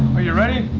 are you ready?